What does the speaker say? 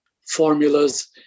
formulas